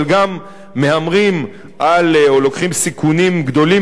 אבל גם מהמרים או לוקחים סיכונים גדולים